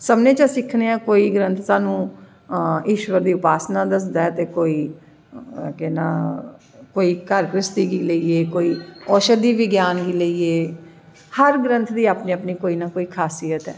सब्भनें चा सिक्खनें आं कोई ग्रंथ स्हानू ईश्वर दी उपासना दसदा ऐ ते कोई केह् नांऽ कोई घर घ्रिस्ती गी लेईयै कोई औशदी बिज्ञान गी लेइयै हर ग्रंथ दी कोई ना कोई खासियत ऐ